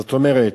זאת אומרת,